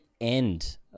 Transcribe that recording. end